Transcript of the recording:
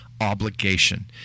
obligation